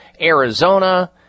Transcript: Arizona